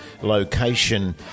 location